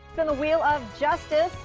and the wheel of justice.